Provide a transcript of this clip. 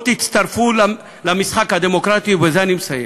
בואו תצטרפו למשחק הדמוקרטי, ובזה אני מסיים,